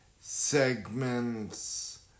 segments